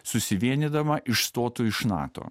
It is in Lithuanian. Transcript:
susivienydama išstotų iš nato